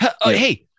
Hey